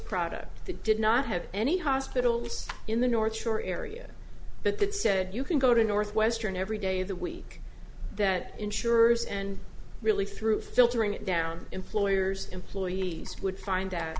product that did not have any hospitals in the north shore area but that said you can go to northwestern every day of the week that insurers and really through filtering down employers employees would find